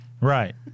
Right